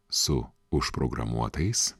su užprogramuotais